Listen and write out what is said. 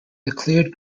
declared